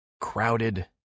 crowded